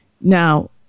Now